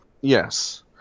Yes